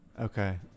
Okay